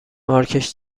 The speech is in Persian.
مارکش